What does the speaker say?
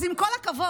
אז עם כל הכבוד,